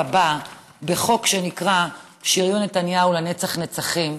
הבא בחוק שנקרא "שריון נתניהו לנצח-נצחים",